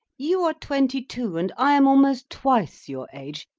you are twenty-two and i am almost twice your age.